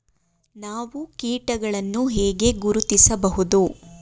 ನಾವು ಕೀಟಗಳನ್ನು ಹೇಗೆ ಗುರುತಿಸಬಹುದು?